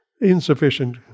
Insufficient